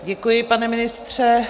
Děkuji, pane ministře.